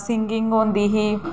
singing होंदी ही